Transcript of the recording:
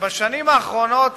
שבשנים האחרונות